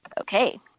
okay